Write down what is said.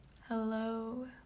hello